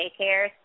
daycares